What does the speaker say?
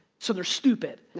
so they're stupid.